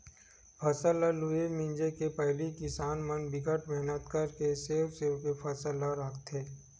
फसल ल लूए मिजे के पहिली किसान मन बिकट मेहनत करके सेव सेव के फसल ल राखथे